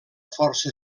força